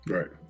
Right